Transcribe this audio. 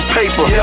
paper